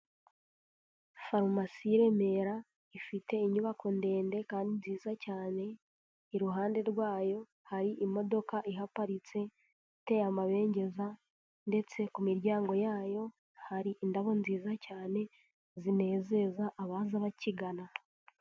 Farumasi y'i Remera ifite inyubako ndende kandi nziza cyane, iruhande rwayo hari imodoka ihaparitse iteye amabengeza ndetse ku miryango y'ayo hari indabo nziza cyane zinezeza abaza bakigana.